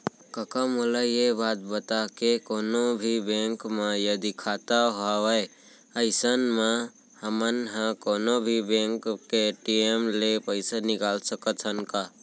कका मोला ये बता के कोनों भी बेंक म यदि खाता हवय अइसन म हमन ह कोनों भी बेंक के ए.टी.एम ले पइसा निकाल सकत हन का?